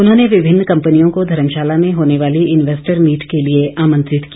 उन्होंने विभिन्न कंपनियों को धर्मशाला में होने वाली इन्वेस्टर मीट के लिए आमंत्रित किया